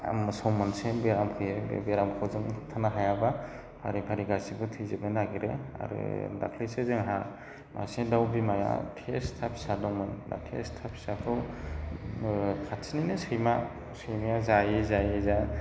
मोसौ मोनसे बेराम फैयो बे बेरामखौ जों होबथानो हायाबा फारि फारि गासैबो थैजोबनो नागिरो आरो दाख्लैसो जोंहा मासे दाउ बिमाया थैसथा फिसा दंमोन दा थेसथा फिसाखौ खाथिनिनो सैमाया जायै जायै जा